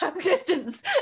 distance